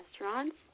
restaurants